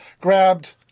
grabbed